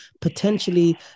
potentially